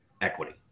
equity